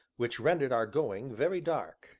which rendered our going very dark,